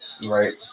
right